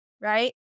Right